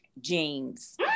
jeans